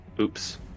Oops